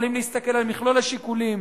יכולים להסתכל על מכלול השיקולים.